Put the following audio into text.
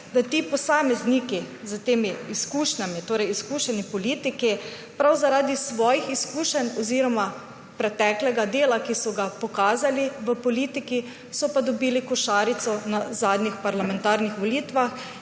so ti posamezniki s temi izkušnjami, torej izkušeni politiki, prav zaradi svojih izkušenj oziroma preteklega dela, ki so ga pokazali v politiki, dobili košarico na zadnjih parlamentarnih volitvah